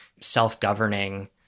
self-governing